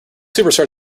superstars